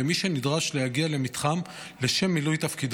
שנדרש להגיע למתחם לשם מילוי תפקידו,